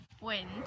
wind